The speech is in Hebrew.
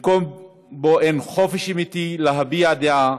במקום שבו אין חופש אמיתי להביע דעה,